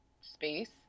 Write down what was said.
space